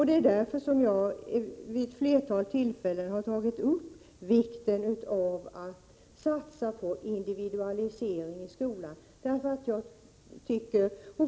Det är därför jag vid ett flertal tillfällen tagit upp vikten av att satsa på individualisering i skolan.